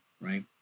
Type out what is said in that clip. right